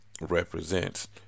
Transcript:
represents